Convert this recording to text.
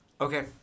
Okay